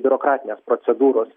biurokratinės procedūros